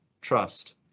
trust